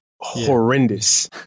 horrendous